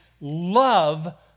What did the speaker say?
love